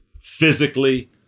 physically